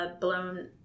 blown